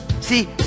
See